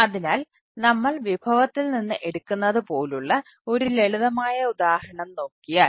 അതിനാൽ നമ്മൾ വിഭവത്തിൽ നിന്ന് എടുക്കുന്നത് പോലുള്ള ഒരു ലളിതമായ ഉദാഹരണം നോക്കിയാൽ